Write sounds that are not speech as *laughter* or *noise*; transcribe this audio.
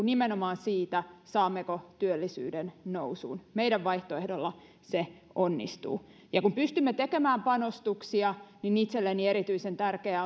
*unintelligible* nimenomaan siitä saammeko työllisyyden nousuun meidän vaihtoehdollamme se onnistuu kun pystymme tekemään panostuksia itselleni erityisen tärkeää *unintelligible*